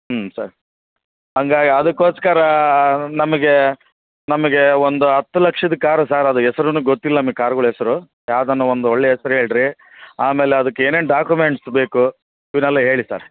ಹ್ಞೂ ಸರ್ ಹಂಗಾಗಿ ಅದಕ್ಕೊಸ್ಕರ ನಮಗೆ ನಮಗೆ ಒಂದು ಹತ್ ಲಕ್ಷದ ಕಾರ್ ಸರ್ ಅದು ಹೆಸ್ರುನು ಗೊತ್ತಿಲ್ಲ ನಮ್ಗೆ ಕಾರ್ಗುಳು ಹೆಸ್ರು ಯಾವ್ದಾನು ಒಂದು ಒಳ್ಳೆ ಹೆಸ್ರು ಹೇಳ್ರಿ ಆಮೇಲೆ ಅದಕ್ಕೆ ಏನೇನು ಡಾಕ್ಯೂಮೆಂಟ್ಸ್ ಬೇಕು ಇವನ್ನೆಲ್ಲ ಹೇಳಿ ಸರ್